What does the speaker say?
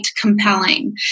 compelling